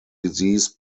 disease